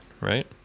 right